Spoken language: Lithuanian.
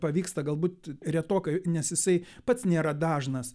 pavyksta galbūt retokai nes jisai pats nėra dažnas